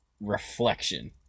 reflection